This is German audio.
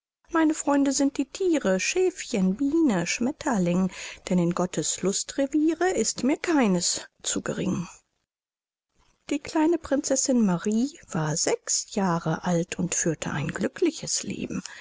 meine freuden sind die thiere schäfchen biene schmetterling denn in gottes lustreviere ist mir keines zu gering die kleine prinzessin marie war sechs jahre alt und führte ein glückliches leben